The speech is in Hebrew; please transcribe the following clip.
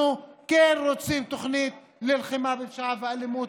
אנחנו כן רוצים תוכנית ללחימה בפשיעה ובאלימות,